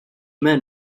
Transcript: meant